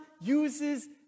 uses